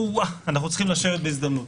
אנחנו צריכים לשבת בהזדמנות...